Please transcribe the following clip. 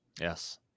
Yes